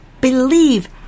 believe